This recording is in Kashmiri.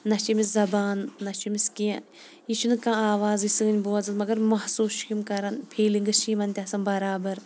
نہ چھِ أمِس زَبان نہ چھِ أمِس کیٚنٛہہ یہِ چھُ نہٕ کیٚنٛہہ آوازٕے سٲنٛۍ بوزان مَگَر محسوٗس چھِ یِم کَران فیٖلِِنٛگٕس چھِ یِمَن تہِ آسان بَرابَر